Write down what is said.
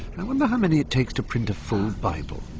i wonder how many it takes to print a full bible